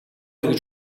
эргэж